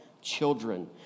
children